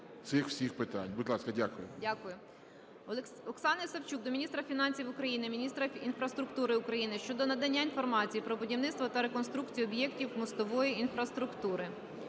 цих всіх питань. Будь ласка. Дякую.